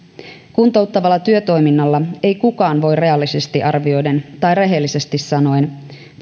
kuntouttavalla työtoiminnalla ei kukaan voi reaalisesti arvioiden tai rehellisesti sanoen